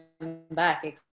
back